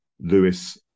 Lewis